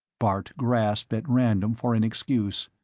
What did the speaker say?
bart grasped at random for an excuse.